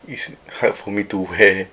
it's hard for me to wear